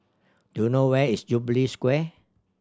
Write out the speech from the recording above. do you know where is Jubilee Square